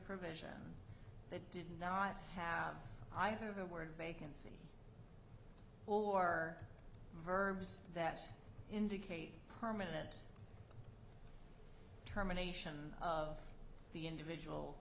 provision they did not have i have a word vacancy or verbs that indicate permanent terminations of the individual